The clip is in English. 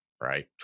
right